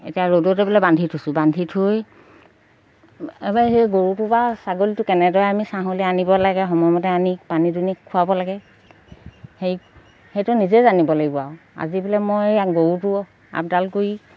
এতিয়া ৰ'দতে পেলাই বান্ধি থৈছোঁ বান্ধি থৈ এবাৰ সেই গৰুটো বা ছাগলীটো কেনেদৰে আমি ছাঁহলে আনিব লাগে সময়মতে আনি পানী দুনী খুৱাব লাগে সেই সেইটো নিজেই জানিব লাগিব আও আজি বোলে মই গৰুটো আপডাল কৰি